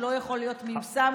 הוא מנגנון שלא יכול להיות מיושם,